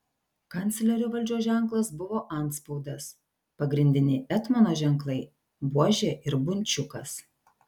kanclerio valdžios ženklas buvo antspaudas pagrindiniai etmono ženklai buožė ir bunčiukas